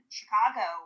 Chicago